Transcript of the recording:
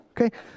Okay